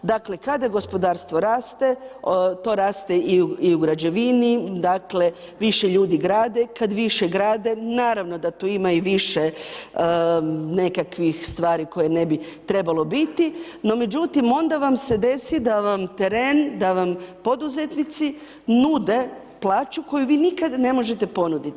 Dakle, kada gospodarstvo raste, to raste i u građevini, dakle više ljudi grade, kad više grade naravno da tu ima i više nekakvih stvari koje ne bi trebalo biti no međutim onda vam se desi da vam teren, da van poduzetnici nude plaću koju vi nikad ne možete ponuditi.